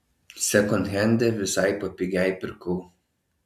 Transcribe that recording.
sekondhende visai papigiai pirkau